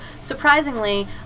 surprisingly